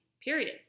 period